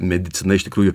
medicina iš tikrųjų